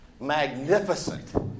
Magnificent